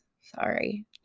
Sorry